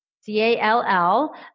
C-A-L-L